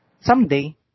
someday